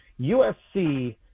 USC